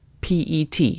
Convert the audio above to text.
PET